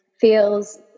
feels